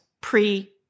pre